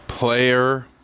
player